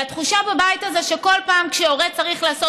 והתחושה בבית הזה היא שכל פעם שהורה צריך לעשות